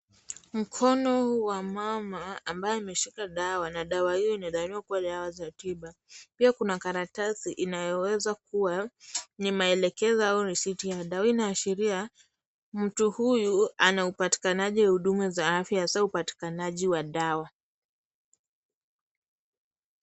Mkono wa mama, ambaye ameshika dawa na dawa hiyo inadhaniwa kuwa dawa za tiba. Pia kuna karatasi, inayoweza kuwa ni maelekezo au risiti ya dawa, hii inaashiria, mtu huyu ana upatikanaji wa huduma za afya, hasa upatikanaji wa dawa.